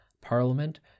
Parliament